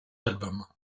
album